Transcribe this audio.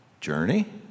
journey